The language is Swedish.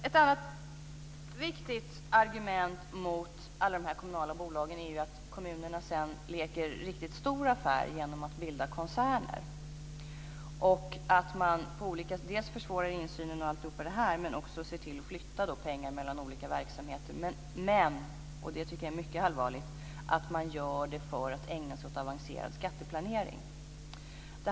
Ett annat viktigt argument mot alla de kommunala bolagen är att kommunerna leker riktigt stor affär genom att bilda koncerner och att de dels försvårar insynen, dels ser till att flytta pengar mellan olika verksamheter. Men de gör det, vilket är mycket allvarligt, för att ägna sig åt avancerad skatteplanering.